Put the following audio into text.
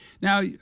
Now